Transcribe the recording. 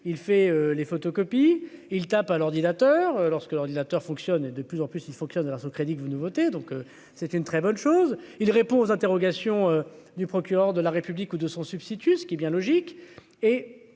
il fait les photocopies, il tape à l'ordinateur lorsque l'ordinateur fonctionne et de plus en plus, il fonctionne grâce au crédit que vous ne votez donc c'est une très bonne chose, il répond aux interrogations du procureur de la République ou de son substitut, ce qui est bien logique